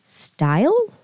Style